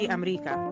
America